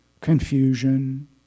confusion